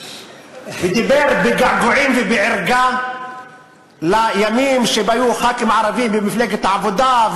דיבר בגעגועים ובערגה לימים שבהם היו חברי כנסת ערבים במפלגת העבודה.